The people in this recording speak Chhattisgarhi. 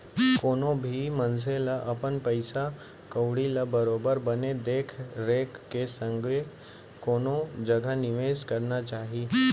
कोनो भी मनसे ल अपन पइसा कउड़ी ल बरोबर बने देख रेख के संग कोनो जघा निवेस करना चाही